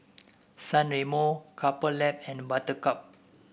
San Remo Couple Lab and Buttercup